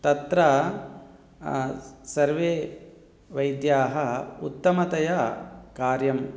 तत्र सर्वे वैद्याः उत्तमतया कार्यम्